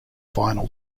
final